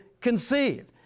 conceive